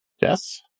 Yes